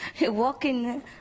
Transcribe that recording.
walking